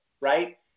right